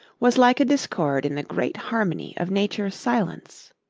was like a discord in the great harmony of nature's silence.